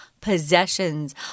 possessions